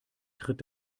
tritt